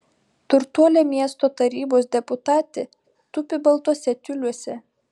turtuolė miesto tarybos deputatė tupi baltuose tiuliuose